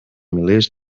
milers